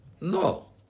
No